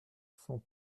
cent